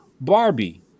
Barbie